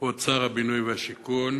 כבוד שר הבינוי והשיכון,